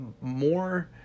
more